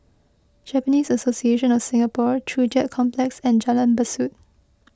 Japanese Association of Singapore Joo Chiat Complex and Jalan Besut